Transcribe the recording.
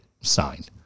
signed